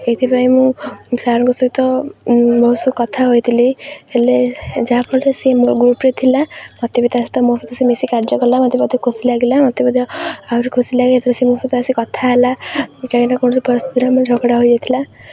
ଏଇଥିପାଇଁ ମୁଁ ସାର୍ଙ୍କ ସହିତ ବହୁତ କଥା ହୋଇଥିଲି ହେଲେ ଯାହା ଫଳରେ ସେ ମୋ ଗ୍ରୁପ୍ରେ ଥିଲା ମୋତେ ବି ତା ସହିତ ମୋ ସହିତ ସେ ମିଶି କାର୍ଯ୍ୟ କଲା ମୋତେ ବି ଖୁସି ଲାଗିଲା ମୋତେ ମଧ୍ୟ ଆହୁରି ଖୁସି ଲାଗେ ଯେତେବେଳେ ସେ ମୋ ସହିତ ଆସି କଥା ହେଲା କାହିଁକିନା କୌଣସି ପରିସ୍ଥିତିରେ ଆମ ଝଗଡ଼ା ହୋଇଯାଇଥିଲା